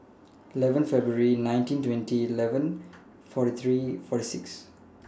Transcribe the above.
eleven February nineteen twenty eleven forty three forty six